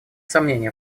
сомнений